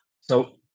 So-